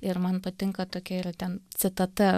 ir man patinka tokia yra ten citata